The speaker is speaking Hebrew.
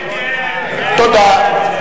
תודה.